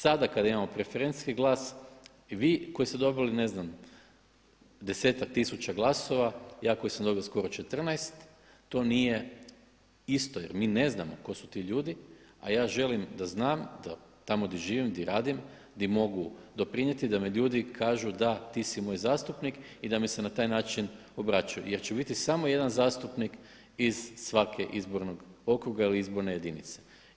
Sada kada imamo preferencijski glas i vi koji ste dobili 10-ak tisuća glasova, ja koji sam dobio skoro 14 to nije isto jer mi ne znamo tko su ti ljudi a ja želim da znam, da tamo gdje živim, gdje radim, gdje mogu doprinijeti da mi ljudi kažu, da, ti si moj zastupnik i da mi se na taj način obraćaju jer će biti samo jedan zastupnik iz svakog izbornog okruga ili izborne jedinice.